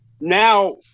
Now